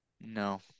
No